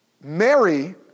Mary